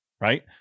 right